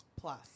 plus